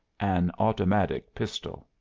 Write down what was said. an automatic pistol.